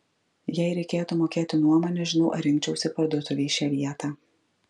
jei reikėtų mokėti nuomą nežinau ar rinkčiausi parduotuvei šią vietą